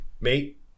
mate